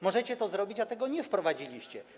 Możecie to zrobić, a tego nie wprowadziliście.